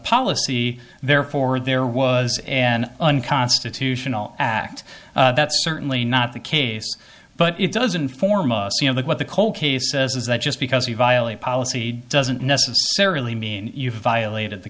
policy therefore there was an unconstitutional act that's certainly not the case but it doesn't form a c of the what the cold case says is that just because you violate policy doesn't necessarily mean you violated the